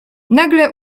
nagle